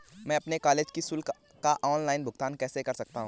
मैं अपने कॉलेज की शुल्क का ऑनलाइन भुगतान कैसे कर सकता हूँ?